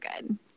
good